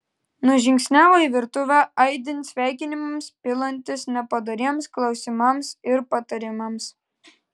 nužingsniavo į virtuvę aidint sveikinimams pilantis nepadoriems klausimams ir patarimams